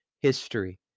history